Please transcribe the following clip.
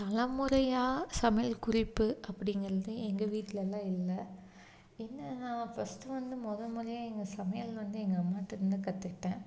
தலைமுறையாக சமையல் குறிப்பு அப்படிங்கிறது எங்கள் வீட்லலாம் இல்லை என்னனா ஃபஸ்ட் வந்து முத முறையாக எங்கள் சமையல் வந்து எங்கள் அம்மாகிட்டேருந்து கற்றுக்கிட்டன்